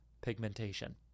pigmentation